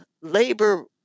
labor